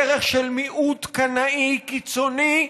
דרך של מיעוט קנאי קיצוני,